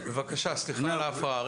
בבקשה, סליחה על ההפרעה.